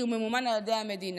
כי הוא ממומן על ידי המדינה.